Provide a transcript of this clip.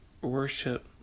worship